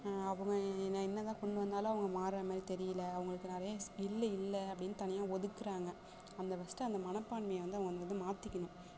அவங்க என்ன என்ன தான் கொண்டு வந்தாலும் அவங்க மாறுகிற மாதிரி தெரியலை அவங்களுக்கு நிறையா ஸ்கில்லு இல்லை அப்படின்னு தனியாக ஒதுக்குறாங்க அந்த ஃபர்ஸ்ட்டு அந்த மனப்பான்மையை வந்து அவங்க அதை வந்து மாற்றிக்கணும்